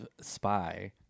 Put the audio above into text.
spy